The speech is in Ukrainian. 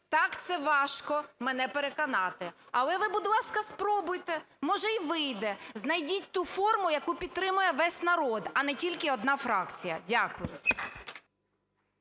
Так, це важко мене переконати, але ви, будь ласка, спробуйте, може, й вийде, знайдіть ту форму, яку підтримає весь народ, а не тільки одна фракція. Дякую.